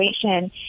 situation